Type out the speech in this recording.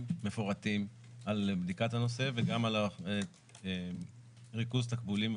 מפורטים על בדיקת הנושא וגם על ריכוז תקבולים,